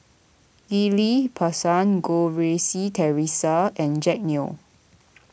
Ghillie Basan Goh Rui Si theresa and Jack Neo